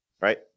right